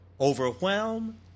overwhelm